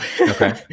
Okay